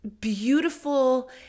beautiful